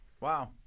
Wow